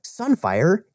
Sunfire